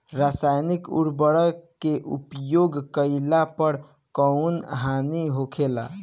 रसायनिक उर्वरक के उपयोग कइला पर कउन हानि होखेला?